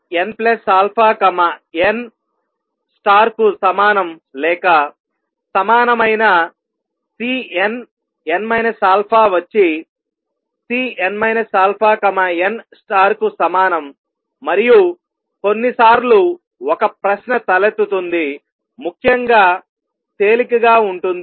ఇది Cnn కు సమానం లేక సమానమైన Cnn α వచ్చి Cn αn కు సమానం మరియు కొన్నిసార్లు ఒక ప్రశ్న తలెత్తుతుంది ముఖ్యంగా తేలికగా ఉంటుంది